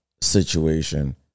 situation